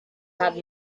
had